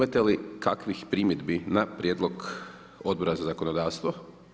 Imate li kakvih primjedbi na prijedlog Odbora za zakonodavstvo?